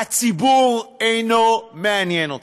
הציבור אינו מעניין אתכם.